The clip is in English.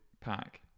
pack